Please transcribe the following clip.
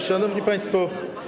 Szanowni Państwo!